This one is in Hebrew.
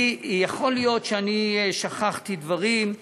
יכול להיות ששכחתי דברים,